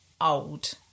old